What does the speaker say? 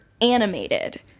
animated